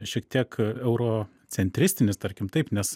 šiek tiek euro centristinis tarkim taip nes